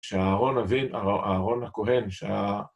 שאהרן הבין, אהרן הכהן, שה...